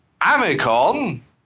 Amicon